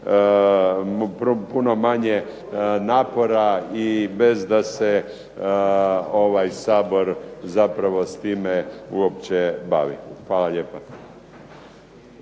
puno manje napora i bez da se ovaj Sabor zapravo s time uopće bavi. Hvala lijepa.